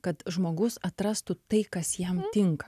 kad žmogus atrastų tai kas jam tinka